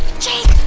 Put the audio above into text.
jake!